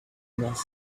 enough